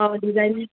অঁ ডিজাইন